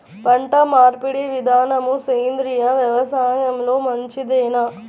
పంటమార్పిడి విధానము సేంద్రియ వ్యవసాయంలో మంచిదేనా?